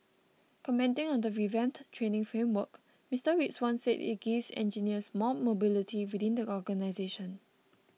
commenting on the revamped training framework Mister Rizwan said it gives engineers more mobility within the organisation